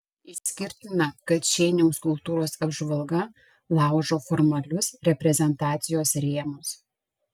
išskirtina kad šeiniaus kultūros apžvalga laužo formalius reprezentacijos rėmus